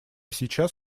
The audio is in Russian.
сейчас